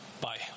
Bye